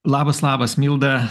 labas labas milda